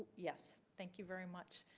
yes, thank you very much.